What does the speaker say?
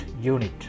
unit